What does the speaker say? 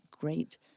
great